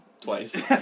twice